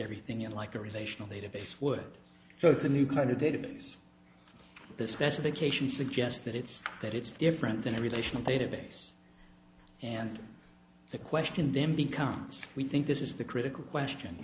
everything in like a relational database would so it's a new kind of database the specification suggests that it's that it's different than a relational database and the question then becomes we think this is the critical question